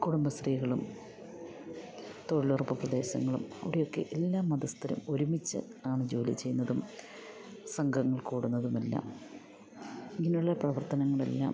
കുടുംബശ്രീകളും തൊഴിലുറപ്പ് പ്രദേശങ്ങളും അവിടെയൊക്കെ എല്ലാ മതസ്ഥരും ഒരുമിച്ച് ആണ് ജോലി ചെയ്യുന്നതും സംഘങ്ങൾ കൂടുന്നതുമെല്ലാം ഇങ്ങനുള്ള പ്രവർത്തനങ്ങളെല്ലാം